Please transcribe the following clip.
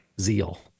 zeal